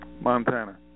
Montana